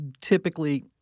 typically